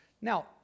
Now